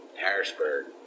Harrisburg